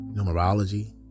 numerology